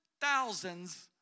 thousands